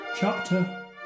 Chapter